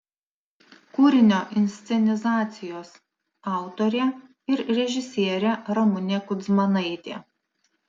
kūrinio inscenizacijos autorė ir režisierė ramunė kudzmanaitė